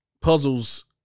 puzzles